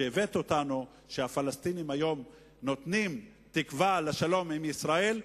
שהבאת אותנו לכך שהפלסטינים היום נותנים תקווה לשלום עם ישראל,